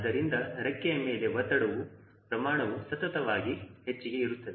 ಆದ್ದರಿಂದ ರೆಕ್ಕೆಯ ಮೇಲೆ ಒತ್ತಡವು ಪ್ರಮಾಣವು ಸತತವಾಗಿ ಹೆಚ್ಚಿಗೆ ಇರುತ್ತದೆ